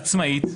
עצמאית,